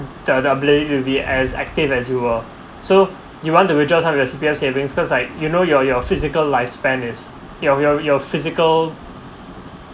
the ability you'll be as active as you were so you want to withdraw some of your C_P_F savings because like you know your your physical lifespan is your your your physical